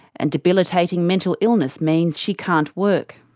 and debilitating mental illness means she can't work.